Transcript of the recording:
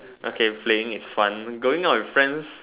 okay playing is fun going out with friends